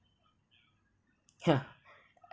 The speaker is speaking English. ya